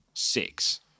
six